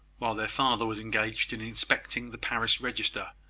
while their father was engaged in inspecting the parish register,